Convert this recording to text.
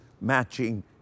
Matching